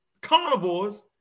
Carnivores